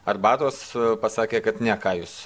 arbatos pasakė kad ne ką jūs